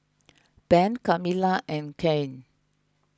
Ben Kamilah and Kanye